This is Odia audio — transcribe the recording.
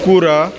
କୁକୁର